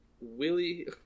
Willie